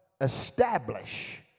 establish